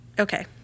Okay